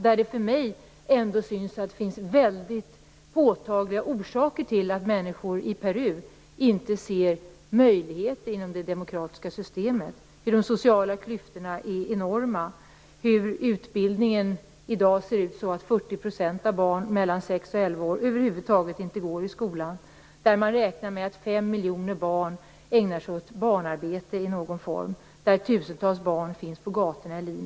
Jag tycker att det verkar finnas påtagliga orsaker till att människor i Peru inte ser möjligheter inom det demokratiska systemet, till att de sociala klyftorna är enorma och till att utbildningen i dag är sådan att 40 % av barnen i åldern 6-11 år över huvud taget inte går i skola. Man räknar med att 5 miljoner barn ägnar sig åt barnarbete i någon form, och tusentals barn finns på gatorna i Lima.